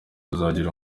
uzagira